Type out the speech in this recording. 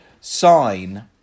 sign